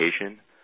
education